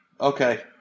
Okay